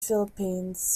philippines